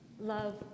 Love